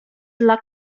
dla